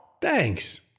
Thanks